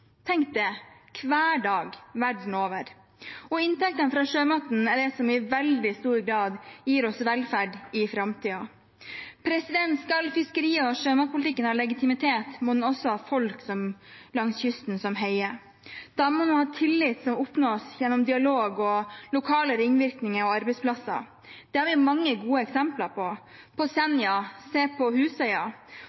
Tenk det – hver dag, verden over! Inntektene fra sjømaten er det som i veldig stor grad vil gi oss velferd i framtiden. Skal fiskeri- og sjømatpolitikken ha legitimitet, må den også ha folk langs kysten som heier. Da må man ha tillit, som oppnås gjennom dialog, lokale ringvirkninger og arbeidsplasser. Det har vi mange gode eksempler på, f.eks. på